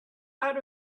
out